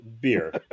Beer